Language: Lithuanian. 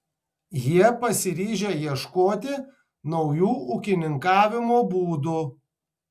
jie pasiryžę ieškoti naujų ūkininkavimo būdų